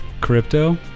crypto